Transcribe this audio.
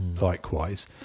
likewise